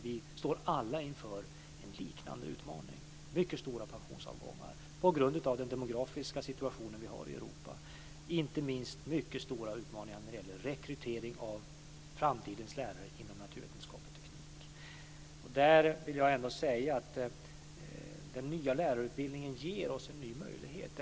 Vi står alla inför en liknande utmaning - mycket stora pensionsavgångar på grund av den demografiska situationen i Europa och inte minst mycket stora utmaningar när det gäller rekrytering av framtidens lärare inom naturvetenskap och teknik. Där vill jag ändå säga att den nya lärarutbildningen ger oss en ny möjlighet.